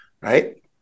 Right